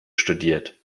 studiert